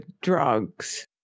drugs